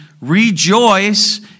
rejoice